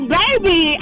baby